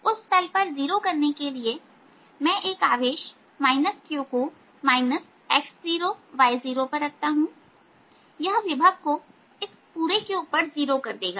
उस तल पर 0 करने के लिए मैं एक आवेश q को x0y0पर रखता हूं यह विभव को इस पूरे के ऊपर जीरो कर देगा